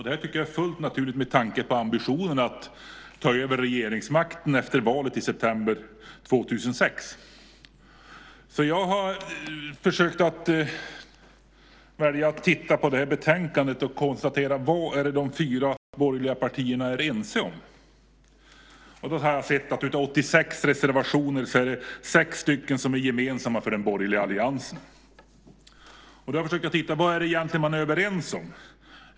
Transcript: Det är fullt naturligt med tanke på ambitionen att ta över regeringsmakten efter valet i september 2006. Jag har försökt titta på betänkandet för att konstatera: Vad är de fyra borgerliga partierna ense om? Av 86 reservationer är det sex som är gemensamma för den borgerliga alliansen. Vad är man egentligen överens om?